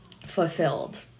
fulfilled